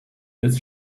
this